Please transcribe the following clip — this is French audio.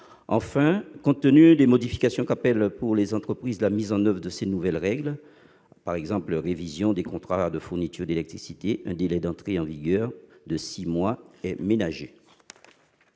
enfin, compte tenu des modifications qu'appelle pour les entreprises la mise en oeuvre de ces nouvelles règles- je songe par exemple à la révision des contrats de fourniture d'électricité -, un délai d'entrée en vigueur de six mois est ménagé.